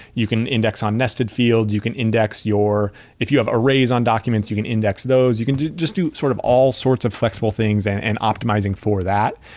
you can index on nested fields. you can index your if you have arrays on documents, you can index those. you can just to sort of all sorts of flexible things and and optimizing for that.